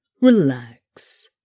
relax